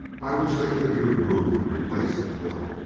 by which they could be removed and replaced at will,